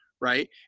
Right